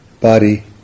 body